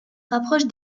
rapproche